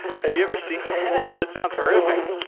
have you ever seen that? that sounds horrifi like